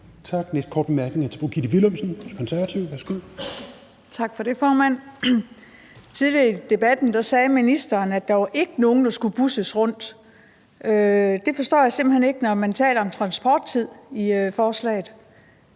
Konservative. Værsgo. Kl. 16:12 Gitte Willumsen (KF): Tak for det, formand. Tidligere i debatten sagde ministeren, at der ikke var nogen, der skulle busses rundt. Det forstår jeg simpelt hen ikke, når man i forslaget